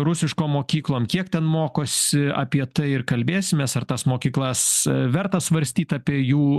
rusiškom mokyklom kiek ten mokosi apie tai ir kalbėsimės ar tas mokyklas verta svarstyt apie jų